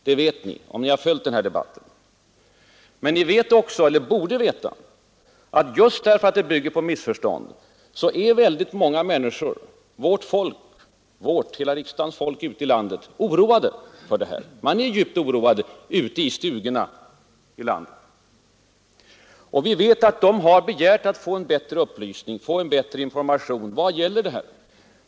Men ni vet också — eller borde i alla fall veta — att just därför att den bygger på missförstånd är många människor ute i stugorna i landet djupt oroade. Vi vet att de har begärt att få bättre upplysning, bättre information om vad det gäller.